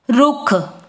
ਰੁੱਖ